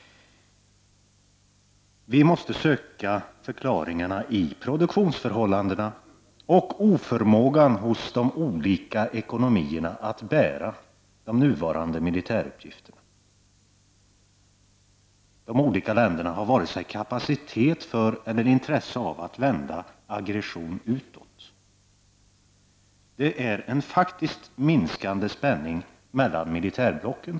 Vi måste söka förklaringarna i produktionsförhållandena och oförmågan hos de olika ekonomierna att bära de nuvarande militärutgifterna. De olika länderna har varken kapacitet för eller intresse av att vända en aggression utåt. Det är en faktiskt minskande spänning mellan militärblocken.